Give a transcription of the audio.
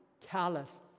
callous